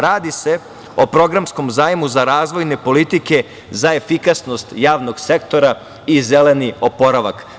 Radi se o programskom zajmu za razvojne politike za efikasnost javnog sektora i zeleni oporavak.